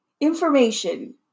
information